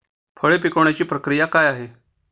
फळे पिकण्याची प्रक्रिया काय आहे?